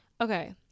okay